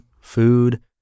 food